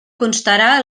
constarà